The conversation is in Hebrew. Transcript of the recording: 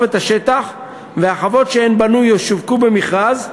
את השטח והחוות שהם בנו ישווקו במכרז,